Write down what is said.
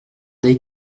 des